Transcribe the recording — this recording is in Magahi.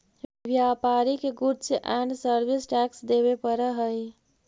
व्यापारि के गुड्स एंड सर्विस टैक्स देवे पड़ऽ हई